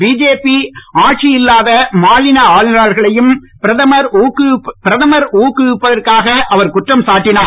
BJP ஆட்சி இல்லாத மாநில ஆளுநர்களையும் பிரதமர் ஊக்குவிப்பதாக அவர் குற்றம் சாட்டினார்